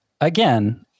again